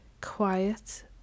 quiet